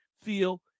feel